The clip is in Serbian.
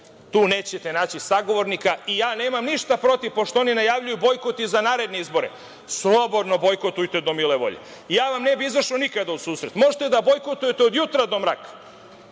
Tu nećete naći sagovornika i ja nemam ništa protiv, pošto oni najavljuju bojkot i za naredne izbore, slobodno bojkotujte do mile volje. Ja vam ne bih izašao nikada u susret, možete da bojkotujete od jutra do mraka.